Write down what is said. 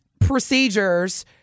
procedures